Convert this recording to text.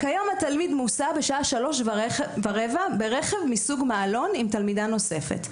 "כיום התלמיד מוסע בשעה שלוש ורבע ברכב מסוג מעלון עם תלמידה נוספת.